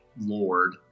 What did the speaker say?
Lord